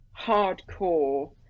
hardcore